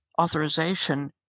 authorization